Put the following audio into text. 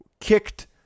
kicked